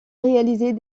réaliser